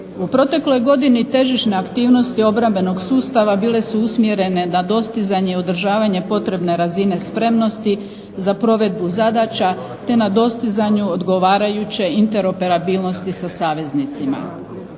U protekloj godini težišne aktivnosti obrambenog sustava bile su usmjerene na dostizanje i održavanje potrebne razine spremnosti za provedbu zadaća te na dostizanju odgovarajuće interoperabilnosti sa saveznicima.